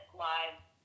live